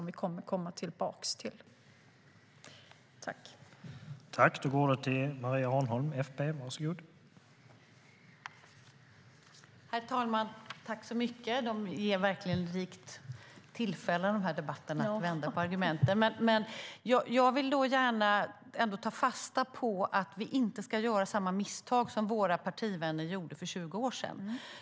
Vi kommer tillbaka till den.